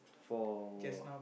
for